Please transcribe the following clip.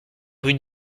rue